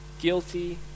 guilty